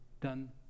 done